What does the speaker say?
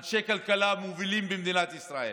אנשי כלכלה מובילים במדינת ישראל,